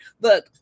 Look